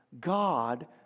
God